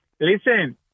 Listen